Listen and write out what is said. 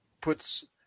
puts